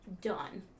done